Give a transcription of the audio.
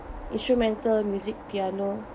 instrumental music piano